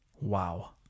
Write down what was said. Wow